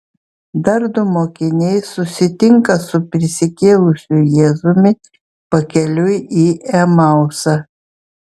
dar du mokiniai susitinka su prisikėlusiu jėzumi pakeliui į emausą